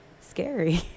scary